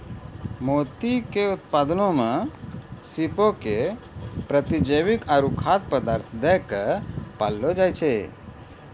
मोती के उत्पादनो मे सीपो के प्रतिजैविक आरु खाद्य पदार्थ दै के पाललो जाय छै